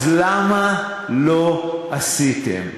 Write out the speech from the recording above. אז למה לא עשיתם?